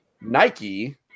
Nike